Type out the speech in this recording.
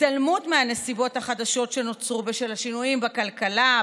התעלמות מהנסיבות החדשות שנוצרו בשל השינויים בכלכלה,